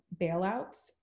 bailouts